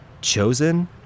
chosen